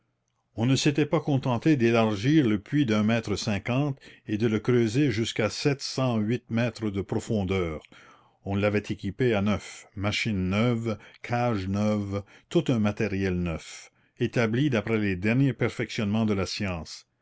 on ne s'était pas contenté d'élargir le puits d'un mètre cinquante et de le creuser jusqu'à sept cent huit mètres de profondeur on l'avait équipé à neuf machine neuve cages neuves tout un matériel neuf établi d'après les derniers perfectionnements de la science